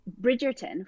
bridgerton